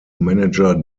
manager